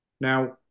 Now